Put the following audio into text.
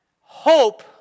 Hope